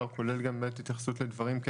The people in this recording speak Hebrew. כולל גם באמת התייחסות לדברים כאלה,